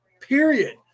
period